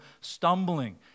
stumbling